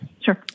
Sure